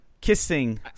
Kissing